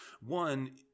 One